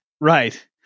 Right